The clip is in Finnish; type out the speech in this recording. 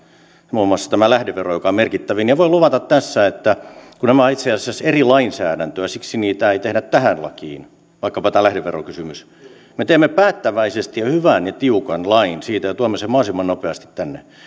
muun muassa tämä lähdevero joka on merkittävin voin luvata tässä että kun nämä ovat itse asiassa eri lainsäädäntöä siksi niitä ei tehdä tähän lakiin vaikkapa tämä lähdeverokysymys me teemme päättäväisesti hyvän ja tiukan lain siitä ja tuomme sen mahdollisimman nopeasti tänne